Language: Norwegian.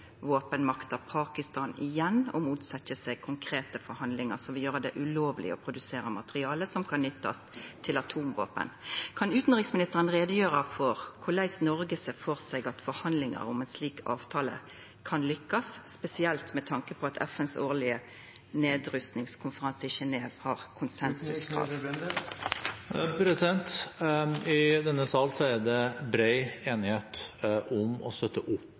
Pakistan igjen å motsetja seg konkrete forhandlingar som vil gjera det ulovleg å produsera materiale som kan nyttast til atomvåpen. Kan utanriksministeren gjera greie for korleis Noreg ser for seg at forhandlingar om ein slik avtale kan lykkast, spesielt med tanke på at FNs årlege nedrustingskonferanse ikkje lenger har konsensus? I denne sal er det bred enighet om å støtte opp